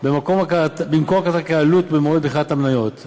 במקום הכרתה כעלות במועד מכירת המניות.